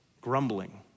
grumbling